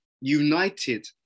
united